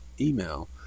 email